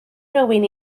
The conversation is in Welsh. rywun